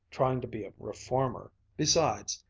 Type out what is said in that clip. trying to be a reformer. besides,